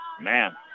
man